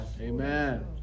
Amen